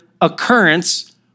occurrence